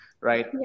Right